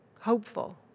hopeful